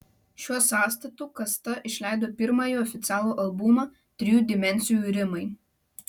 šiuo sąstatu kasta išleido pirmąjį oficialų albumą trijų dimensijų rimai